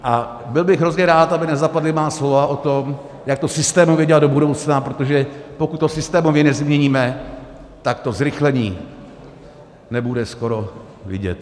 A byl bych hrozně rád, aby nezapadla má slova o tom, jak to systémově dělat do budoucna, protože pokud to systémově nezměníme, tak to zrychlení nebude skoro vidět.